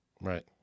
Right